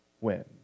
win